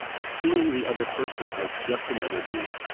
seeing the other person as just another being,